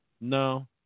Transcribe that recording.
No